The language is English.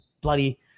bloody